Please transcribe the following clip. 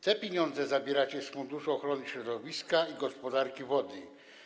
Te pieniądze zabieracie z Narodowego Funduszu Ochrony Środowiska i Gospodarki Wodnej.